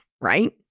right